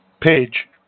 page